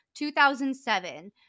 2007